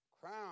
Crown